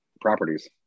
properties